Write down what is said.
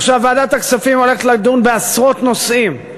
עכשיו ועדת הכספים הולכת לדון בעשרות נושאים,